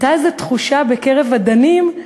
הייתה איזו תחושה בקרב הדנים,